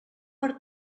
per